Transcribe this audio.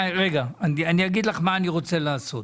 אני אגיד לך מה אני רוצה לעשות.